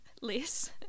less